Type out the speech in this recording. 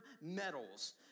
medals